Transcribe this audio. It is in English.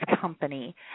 company